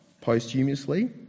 posthumously